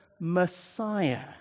Messiah